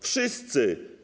Wszyscy.